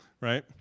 right